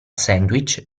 sandwich